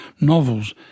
novels